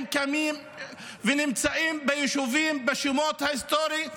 הם קמים ונמצאים ביישובים בשמות ההיסטוריים שלהם.